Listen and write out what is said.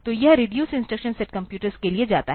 तो यह reduced instruction set computers के लिए जाता है